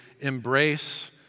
embrace